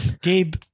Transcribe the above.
gabe